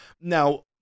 Now